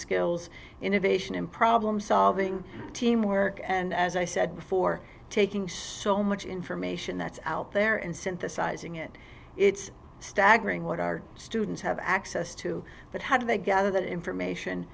skills innovation in problem solving teamwork and as i said before taking so much information that's out there and synthesizing it it's staggering what our students have access to but how do they gather that information